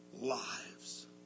lives